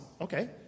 okay